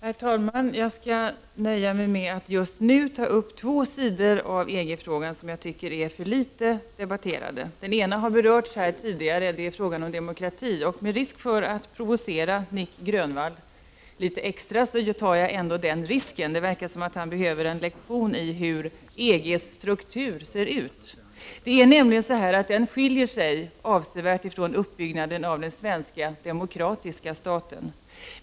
Herr talman! Jag skall nöja mig med att just nu ta upp två sidor av EG frågan som jag tycker är för litet debatterade. Den ena har berörts här tidigare, och det är frågan om demokrati. Med risk för att provocera Nic Grönvall litet extra gör jag det ändå. Det verkar som om han behöver en lektion i hur EG:s struktur ser ut. Det är nämligen så att den skiljer sig avsevärt från uppbyggnaden av den svenska demokratiska staten.